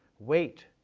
weight,